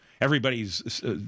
Everybody's